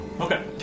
Okay